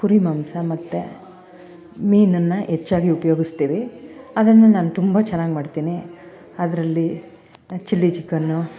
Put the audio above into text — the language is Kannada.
ಕುರಿ ಮಾಂಸ ಮತ್ತು ಮೀನನ್ನು ಹೆಚ್ಚಾಗಿ ಉಪ್ಯೋಗಿಸ್ತೀವಿ ಅದನ್ನು ನಾನು ತುಂಬ ಚೆನ್ನಾಗಿ ಮಾಡ್ತೀನಿ ಅದರಲ್ಲಿ ಚಿಲ್ಲಿ ಚಿಕನ್ನು